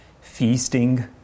feasting